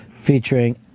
Featuring